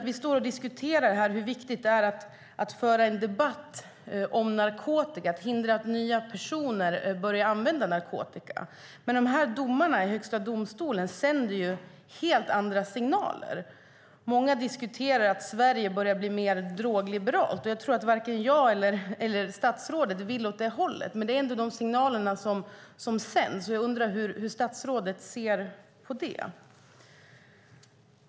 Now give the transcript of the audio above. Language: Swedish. Vi diskuterar hur viktigt det är att föra en debatt om narkotika och att hindra att nya personer börjar använda narkotika, men dessa domar i Högsta domstolen sänder helt andra signaler. Många menar att Sverige börjar bli mer drogliberalt, men jag tror inte att vare sig jag eller statsrådet vill åt det hållet. Det är dock de signaler som sänds. Hur ser statsrådet på detta?